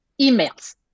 emails